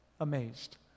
amazed